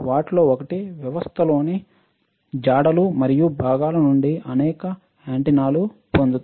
వాటిలో ఒకటి వ్యవస్థలోని జాడలు మరియు భాగాల నుండి అనేక యాంటెన్నాలు పొందుతాయి